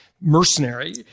mercenary